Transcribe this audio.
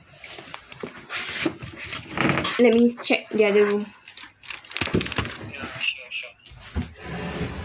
let me check the other room